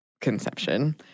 conception